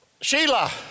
Sheila